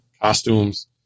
costumes